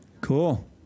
Cool